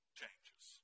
changes